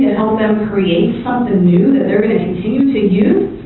them create something new that they're going to continue to use